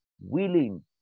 willing